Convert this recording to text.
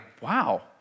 wow